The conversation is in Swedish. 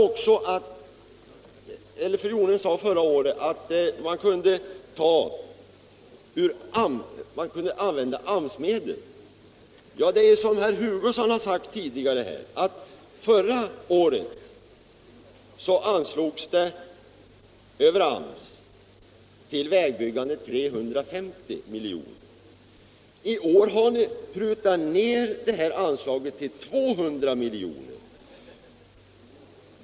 Fru Jonäng sade förra året att man kunde använda AMS-medel. Som herr Hugosson sagt tidigare anslogs det förra året över AMS till vägbyggen 350 miljoner. I år har ni prutat det anslaget till 200 miljoner.